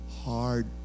hard